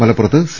മലപ്പുറത്ത് സി